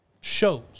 shows